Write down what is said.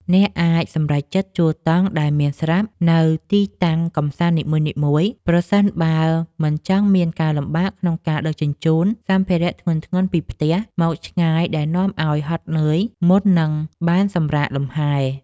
អ្នកអាចសម្រេចចិត្តជួលតង់ដែលមានស្រាប់នៅទីតាំងកម្សាន្តនីមួយៗប្រសិនបើអ្នកមិនចង់មានការលំបាកក្នុងការដឹកជញ្ជូនសម្ភារៈធ្ងន់ៗពីផ្ទះមកឆ្ងាយដែលនាំឱ្យហត់នឿយមុននឹងបានសម្រាកលម្ហែ។